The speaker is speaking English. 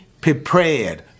prepared